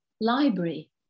library